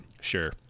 Sure